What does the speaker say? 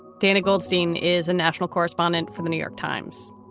dana goldstein is a national correspondent for the new york times.